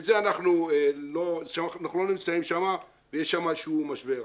אנחנו לא נמצאים שם, ויש שם איזשהו משבר.